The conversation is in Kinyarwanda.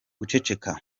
guceceka